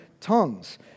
tongues